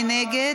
מי נגד?